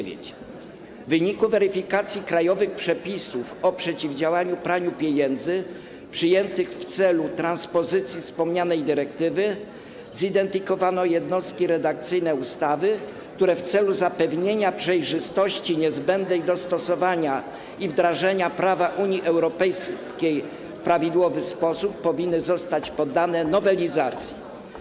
W wyniku weryfikacji krajowych przepisów o przeciwdziałaniu praniu pieniędzy, przyjętych w celu transpozycji wspomnianej dyrektywy, zidentyfikowano jednostki redakcyjne ustawy, które w celu zapewnienia przejrzystości niezbędnej do stosowania i wdrażania prawa Unii Europejskiej w prawidłowy sposób powinny zostać poddane nowelizacji.